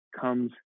comes